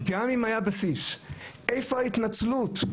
גם אם היה בסיס, איפה ההתנצלות?